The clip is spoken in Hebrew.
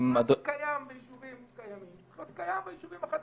מה שקיים ביישובים קיימים צריך להיות קיים ביישובים החדשים.